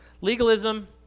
Legalism